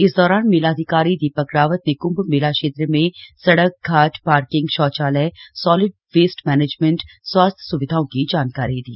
इस दौरान मेलाधिकारी दीपक रावत ने कृम्भ मेला क्षेत्र में सड़क घाट पार्किंग शौचालय सोलिड वेस्ट मैनेजमेंट स्वास्थ्य स्विधाओं की जानकारी दी